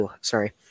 Sorry